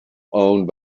owned